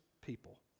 people